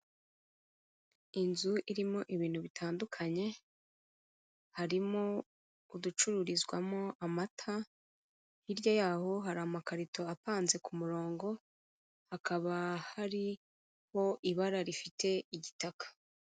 Inzu irimo ibintu bitandukanye harimo uducururizwamo amata, hirya y'aho hari amakarito apanze ku murongo, hakaba hariho ibara rifite igitaka.